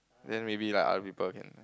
then maybe like other people can